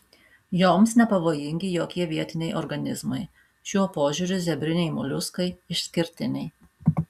joms nepavojingi jokie vietiniai organizmai šiuo požiūriu zebriniai moliuskai išskirtiniai